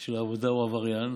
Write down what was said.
של העבודה הוא עבריין?